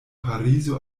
parizo